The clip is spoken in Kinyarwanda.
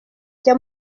jya